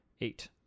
Eight